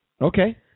Okay